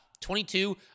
22